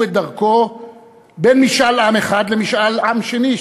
את דרכו בין משאל עם אחד למשאל עם שני,